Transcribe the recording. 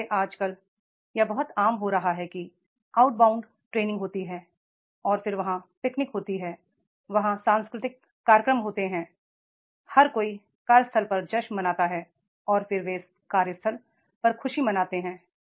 इसलिए आजकल यह बहुत आम हो रहा है कि आउटबाउंड ट्रे निंग होती है और फिर वहां पिकनिक होती है वहां सांस्कृतिक कार्यक्रम होते हैं त्योहार होते हैं हर कोई कार्यस्थल पर जश्न मनाता है और फिर वे कार्यस्थल पर खुशी मनाते हैं